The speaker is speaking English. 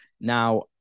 now